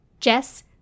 Jess